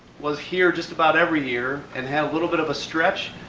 was here just about every year and had a little bit of a stretch.